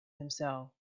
himself